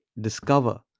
discover